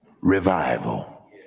revival